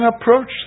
approach